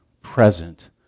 present